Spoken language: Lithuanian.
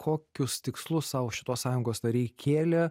kokius tikslus sau šitos sąjungos nariai kėlė